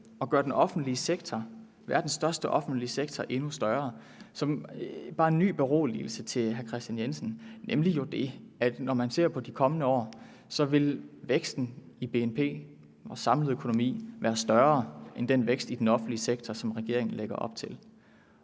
for. Med hensyn til at gøre verdens største offentlige sektor endnu større vil jeg bare lige komme med en ny beroligelse til hr. Kristian Jensen: Når man ser på de kommende år, ser man, at væksten i BNP, vores samlede økonomi, vil være større end den vækst i den offentlige sektor, som regeringen lægger op til.